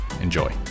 Enjoy